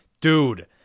Dude